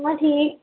मै ठीक